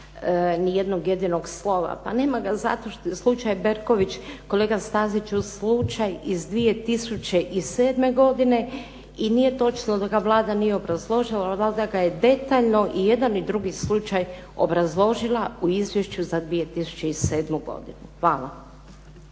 ni jednog jedinog slova. Pa nema ga zato što slučaj Berković, kolega Staziću slučaj iz 2007. godine i nije točno da ga Vlada nije obrazložila. Vlada ga je detaljno i jedan i drugi slučaj obrazložila u izvješću za 2007. godinu. Hvala.